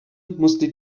musste